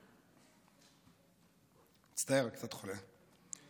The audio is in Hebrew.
מצטער, אני קצת חולה.